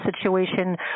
situation